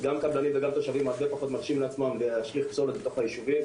גם קבלנים וגם תושבים הרבה פחות מרשים לעצמם להשליך פסולת בתוך הישובים,